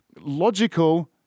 logical